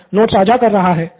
Nitin notes साझा कर रहा है